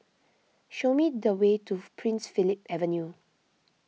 show me the way to Prince Philip Avenue